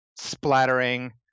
splattering